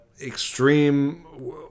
extreme